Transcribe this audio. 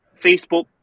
Facebook